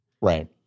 Right